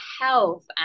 health